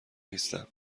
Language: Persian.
نیستم